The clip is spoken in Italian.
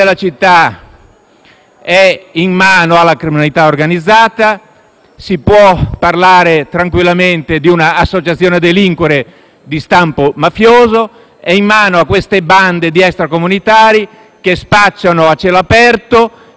di stampo mafioso); è in mano a bande di extracomunitari, che spacciano a cielo aperto, che infastidiscono con risse e con altre azioni illegali la popolazione, che hanno portato nel pieno degrado